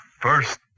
first